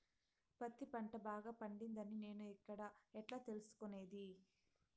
పత్తి పంట బాగా పండిందని నేను ఎక్కడ, ఎట్లా తెలుసుకునేది?